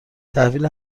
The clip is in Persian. تحویل